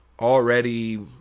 already